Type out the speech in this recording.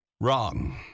wrong